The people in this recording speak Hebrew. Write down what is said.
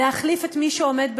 להחליף את מי שעומד בראשה,